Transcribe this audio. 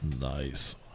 Nice